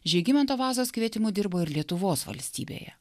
žygimanto vazos kvietimu dirbo ir lietuvos valstybėje